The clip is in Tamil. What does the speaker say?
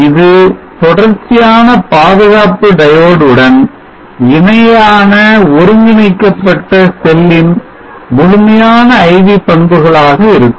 இது தொடர்ச்சியான பாதுகாப்பு diode உடன் இணையான ஒருங்கிணைக்கப்பட்ட செல்லின் முழுமையான IV பண்புகளாக இருக்கும்